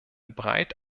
breit